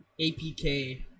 APK